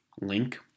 link